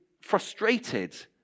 frustrated